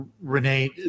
renee